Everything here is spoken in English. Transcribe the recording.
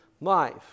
life